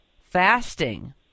fasting